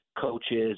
coaches